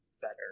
better